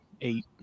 eight